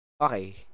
Okay